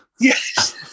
Yes